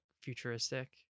futuristic